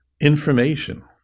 information